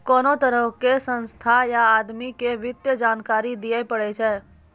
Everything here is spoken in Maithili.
कोनो तरहो के संस्था या आदमी के वित्तीय जानकारी दियै पड़ै छै